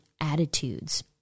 attitudes